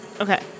Okay